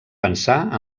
pensar